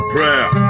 Prayer